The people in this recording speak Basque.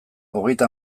hogeita